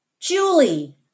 Julie